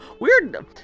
weird